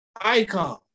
icon